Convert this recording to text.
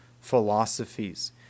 philosophies